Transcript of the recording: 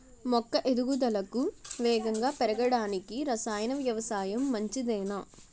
మొక్క ఎదుగుదలకు వేగంగా పెరగడానికి, రసాయన వ్యవసాయం మంచిదేనా?